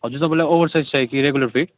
हजुर तपाईँलाई over size चाहियो कि रेगुलर फिट